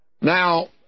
Now